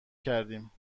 کردیم